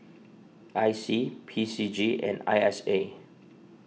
I C P C G and I S A